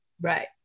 Right